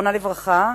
זיכרונה לברכה,